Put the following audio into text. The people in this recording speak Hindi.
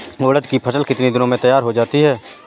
उड़द की फसल कितनी दिनों में तैयार हो जाती है?